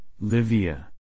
Livia